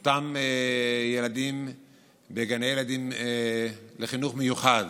לגבי אותם ילדים בגני ילדים לחינוך מיוחד